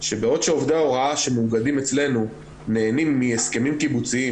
שבעוד שעובדי ההוראה שמאוגדים אצלנו נהנים מהסכמים קיבוציים